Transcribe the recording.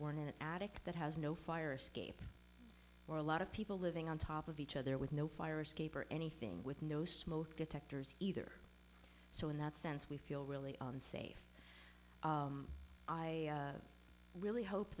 we're in an attic that has no fire escape or a lot of people living on top of each other with no fire escape or anything with no smoke detectors either so in that sense we feel really unsafe i really hope